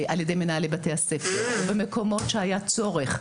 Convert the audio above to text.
על ידי מנהלי בתי הספר ובמקומות שהיה צורך,